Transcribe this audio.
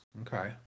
okay